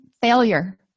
failure